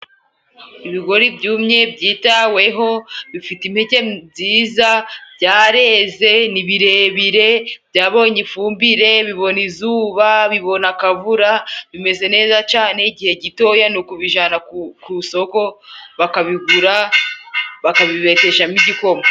Ibigori byumye byitaweho, bifite impeke nziza, byareze, ni birebire, byabonye ifumbire, bibona izuba, bibona akavura, bimeze neza cane. Igihe gitoya ni ukubijana ku soko bakabigura, bakabibeteshamo igikoma.